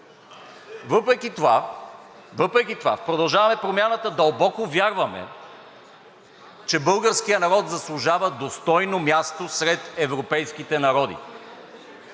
Въпреки това в „Продължаваме Промяната“ дълбоко вярваме, че българският народ заслужава достойно място сред европейските народи.